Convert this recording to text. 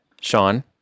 Sean